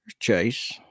Chase